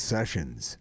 Sessions